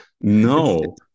No